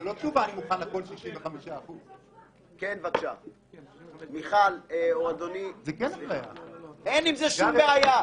זאת לא תשובה שאני מוכן שהכול יהיה 65%. אין עם זה שום בעיה.